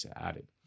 added